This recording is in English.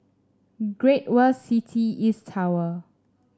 Great World City East Tower